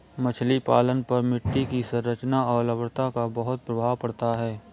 मछली पालन पर मिट्टी की संरचना और लवणता का बहुत प्रभाव पड़ता है